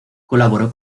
colaboró